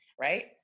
Right